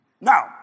Now